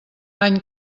any